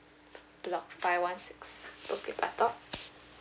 block five one six bukit batok